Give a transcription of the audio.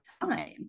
time